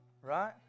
Right